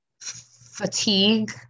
fatigue